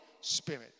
Spirit